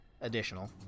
additional